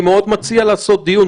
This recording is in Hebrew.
אני מציע לעשות דיון,